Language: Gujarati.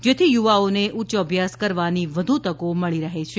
જેથી યુવાઓને ઉચ્ય અભ્યાસ કરવાની વધુ તકો મળી રહે છે